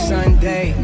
Sunday